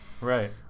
Right